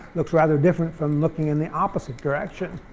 looks rather different from looking in the opposite direction.